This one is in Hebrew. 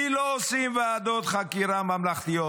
לי לא עושים ועדות חקירה ממלכתיות.